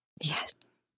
Yes